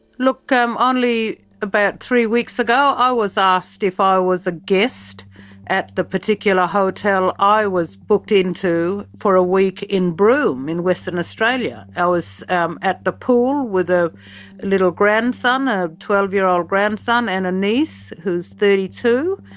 look um only about three weeks ago i was asked if ah i was a guest at the particular hotel i was booked into for a week in broome in western australia. i was um at the pool with a little grandson, a twelve year old grandson, and a niece who is thirty two.